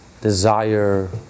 desire